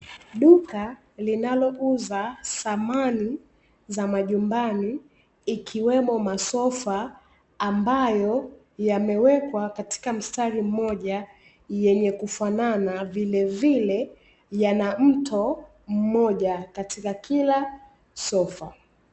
Duka linalouza samani za majumbani, ikiwemo masofa ambayo yamewekwa katika mstari mmoja, yenye kufanana; vilevile, yana mto mmoja katika kila sofa.